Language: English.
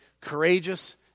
courageous